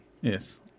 Yes